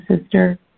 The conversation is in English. Sister